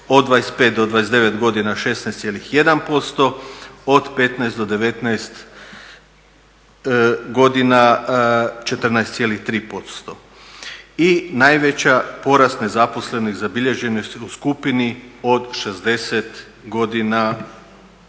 od 25 do 29 godina 16,1%, od 15 do 19 godina 14,3%. I najveća porast nezaposlenih zabilježene su u skupini od 60 godina